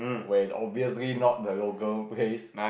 where is obviously not the local place